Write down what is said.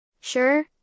Sure